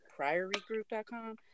priorygroup.com